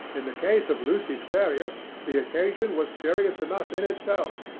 in the case of lucy ferrier the occasion was serious enough in itself,